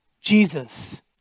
Jesus